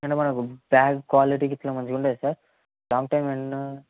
అంటే మనకు bag quality గిట్లా మంచి ఉంటుందా సార్ లాంగ్ టైం వెళ్ళిన